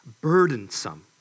burdensome